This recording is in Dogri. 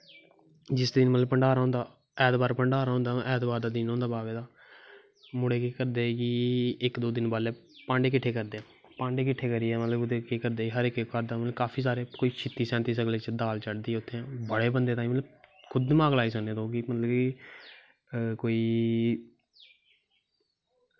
जिस दिन भण्डारा होंदा ऐतबारें दिन होंदा बाबे दा मुड़े केह् करदे कि इक दो दिन पैह्लैं भांडे किट्ठे करदे भांडे किट्ठे करियै केह् करदे कि हर इक घर दा किश सैंती सगलें च दाल चढ़दी उत्थें बड़ें बंदे तांई खुद बी बनाई सकदे लोग गी कोई